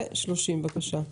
נעבור לתקנה 30, בבקשה.